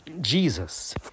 Jesus